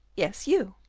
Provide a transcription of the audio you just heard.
yes, you.